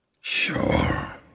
Sure